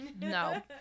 No